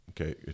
okay